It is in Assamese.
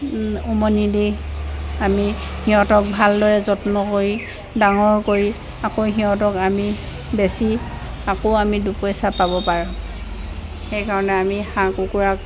উমনি দি আমি সিহঁতক ভালদৰে যত্ন কৰি ডাঙৰ কৰি আকৌ সিহঁতক আমি বেছি আকৌ আমি দুপইচা পাব পাৰোঁ সেইকাৰণে আমি হাঁহ কুকুৰাক